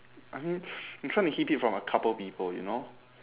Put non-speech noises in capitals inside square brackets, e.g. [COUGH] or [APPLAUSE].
I mean [BREATH] I'm trying to keep it from a couple people you know